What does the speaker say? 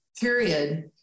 period